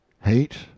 hate